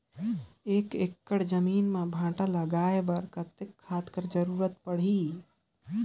एक एकड़ जमीन म भांटा लगाय बर कतेक खाद कर जरूरत पड़थे?